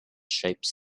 shapes